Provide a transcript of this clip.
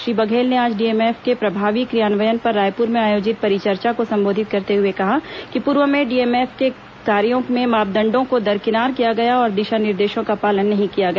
श्री बघेल ने आज डीएमएफ के प्रभावी क्रियान्वयन पर रायपुर में आयोजित परिचर्चा को संबोधित करते हए कहा कि पूर्व में डीएमएफ के कार्यो में मांपदंडों को दरकिनार किया गया और दिशा निर्देशों का पालन नहीं किया गया